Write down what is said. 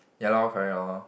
ya lor correct loh